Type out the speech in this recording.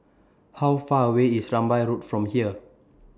How Far away IS Rambai Road from here